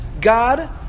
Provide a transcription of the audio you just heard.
God